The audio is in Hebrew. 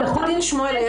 עוה"ד שמואל,